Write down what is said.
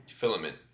filament